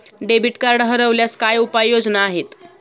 Debit card हरवल्यास काय उपाय योजना आहेत?